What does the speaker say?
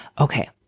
okay